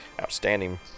outstanding